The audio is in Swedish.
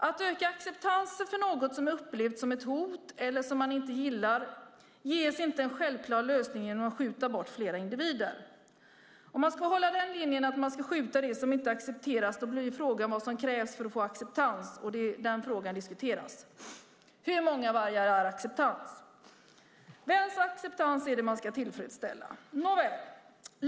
Att öka acceptansen för något som upplevs som ett hot eller som man inte gillar ges inte en självklar lösning genom att skjuta bort fler individer. Om man ska hålla linjen att man ska skjuta det som inte accepteras blir frågan vad som krävs för att få acceptans. Den frågan diskuteras. Hur stort antal vargar ger acceptans? Vems acceptans är det man ska tillfredsställa? Nåväl!